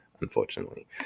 unfortunately